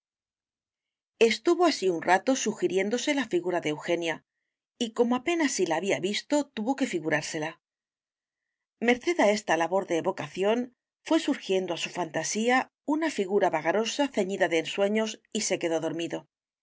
estuvo así un rato sugiriéndose la figura de eugenia y como apenas si la había visto tuvo que figurársela merced a esta labor de evocación fué surgiendo a su fantasía una figura vagarosa ceñida de ensueños y se quedó dormido se